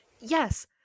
yes